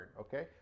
Okay